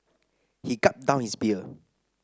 he gulped down his beer